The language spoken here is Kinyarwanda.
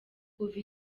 kuva